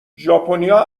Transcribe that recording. ژاپنیا